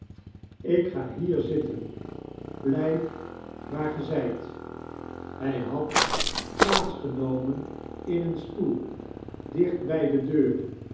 ik ga hier zitten blijf waar e zijt hij had plaats genomen op een stoel dichtbij de deur